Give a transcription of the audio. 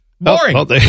boring